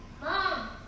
Mom